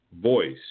voice